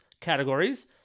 categories